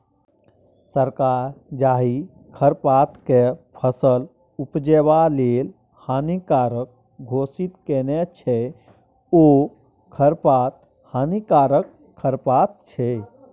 सरकार जाहि खरपातकेँ फसल उपजेबा लेल हानिकारक घोषित केने छै ओ खरपात हानिकारक खरपात छै